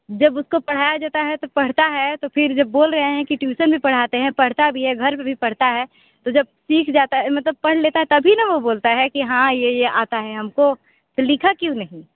जब उसको पढ़ाया जाता है तो पढ़ता है तो फिर जब बोल रहे हैं कि ट्युसन भी पढ़ता है घर पर भी पढ़ता है तो जब सीख जाता है मतलब पढ़ लेता है तभी ना वो बोलता है कि हाँ ये ये आता है हमको तो लिखा क्यों नहीं